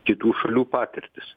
kitų šalių patirtys